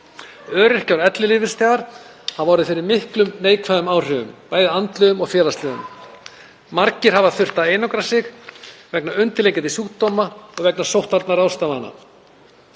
Öryrkjar og ellilífeyrisþegar hafa orðið fyrir miklum neikvæðum áhrifum, bæði andlegum og félagslegum. Margir hafa þurft að einangra sig vegna undirliggjandi sjúkdóma og vegna sóttvarnaráðstafana